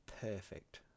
Perfect